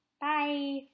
Bye